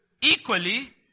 equally